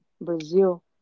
Brazil